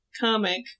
comic